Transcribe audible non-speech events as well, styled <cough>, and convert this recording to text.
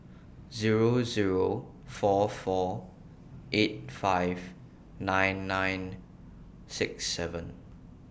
Zero Zero four four eight five nine nine six seven <noise>